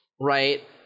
right